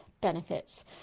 benefits